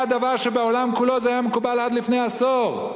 דבר שבעולם כולו היה מקובל עד לפני עשור?